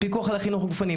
הפיקוח על החינוך הגופני,